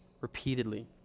repeatedly